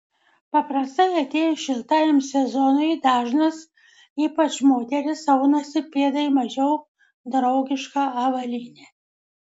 paprastai atėjus šiltajam sezonui dažnas ypač moterys aunasi pėdai mažiau draugišką avalynę